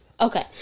Okay